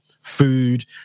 food